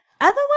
otherwise